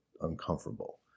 uncomfortable